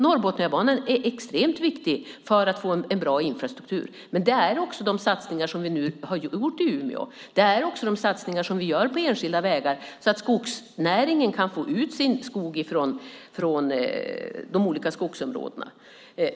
Norrbotniabanan är extremt viktig för att man ska få en bra infrastruktur. Men det är också de satsningar som vi nu har gjort i Umeå. Det är också de satsningar som vi gör på enskilda vägar, så att skogsnäringen kan få ut sin skog från de olika skogsområdena.